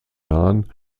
nahen